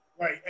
Right